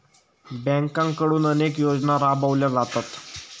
बँकांकडून अनेक योजना राबवल्या जातात